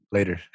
Later